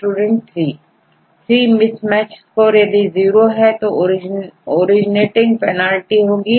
student 3 3 mismatch score यदि zero है तो ओरिजनेटिंग पेनाल्टी होगी